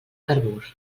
carbur